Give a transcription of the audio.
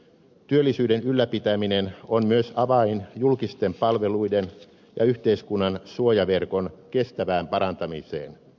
työllisyyden ylläpitäminen on myös avain julkisten palveluiden ja yhteiskunnan suojaverkon kestävään parantamiseen